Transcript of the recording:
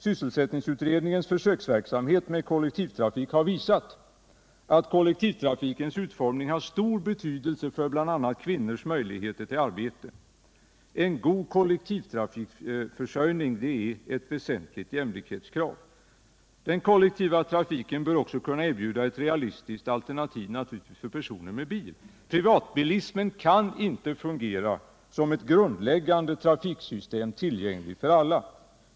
Sysselsättningsutredningens försöksverksamhet med kollektivtrafik har visat att kollektivtrafikens utformning har stor betydelse bl.a. för kvinnors möjligheter att få arbete. En god kollektivtrafik försörjning är därför ett väsentligt jämlikhetskrav. Den kollektiva trafiken bör naturligtvis också kunna erbjuda ett realistiskt alternativ för personer med tillgång till bil. Privatbilismen kan ju inte fungera som ett grundläggande trafiksystem som är tillgängligt för alla.